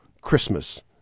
Christmas